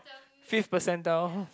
fifth percentile